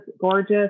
gorgeous